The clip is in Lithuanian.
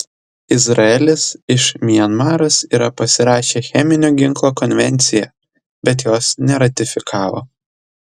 izraelis iš mianmaras yra pasirašę cheminio ginklo konvenciją bet jos neratifikavo